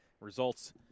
results